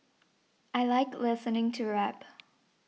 I like listening to rap